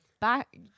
back